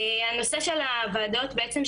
הנושא של הוועדות בעצם,